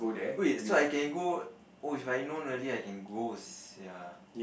wait so I can go oh If I known really I can go sia